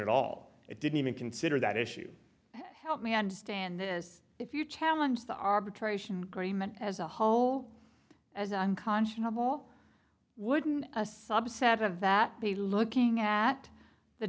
at all it didn't even consider that issue help me understand this if you challenge the arbitration agreement as a whole as unconscionable wouldn't a subset of that be looking at the